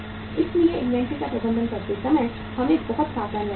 इसलिए इन्वेंट्री का प्रबंधन करते समय हमें बहुत सावधान रहना होगा